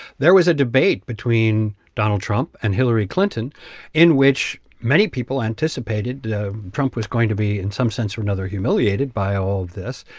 there was a debate between donald trump and hillary clinton in which many people anticipated trump was going to be, in some sense or another, humiliated by all of this.